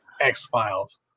X-Files